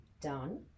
done